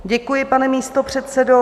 Děkuji, pane místopředsedo.